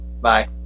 Bye